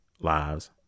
lives